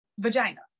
vagina